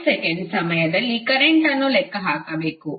5 second ಸಮಯದಲ್ಲಿ ಕರೆಂಟ್ಅನ್ನು ಲೆಕ್ಕ ಹಾಕಬೇಕು